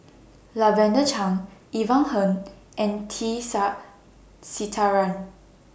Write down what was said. Lavender Chang Ivan Heng and T Sasitharan